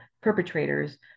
perpetrators